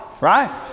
right